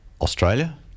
Australia